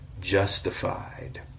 justified